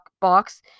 box